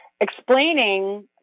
explaining